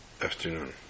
afternoon